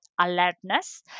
alertness